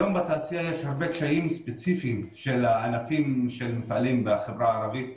היום בתעשייה יש הרבה קשיים ספציפיים של הענפים של מפעלים בחברה הערבית